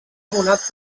abonat